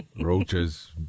Roaches